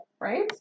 Right